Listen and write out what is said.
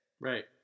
right